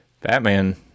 Batman